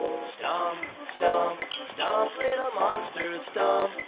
stomp, stomp, stomp little monsters. stomp,